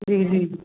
जी जी